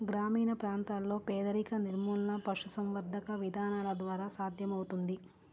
గ్రామీణ ప్రాంతాలలో పేదరిక నిర్మూలన పశుసంవర్ధక విధానాల ద్వారా సాధ్యమవుతుంది